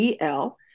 EL